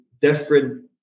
different